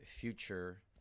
future